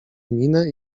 minę